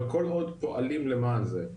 כל עוד פועלים למען זה.